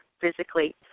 physically